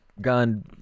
gun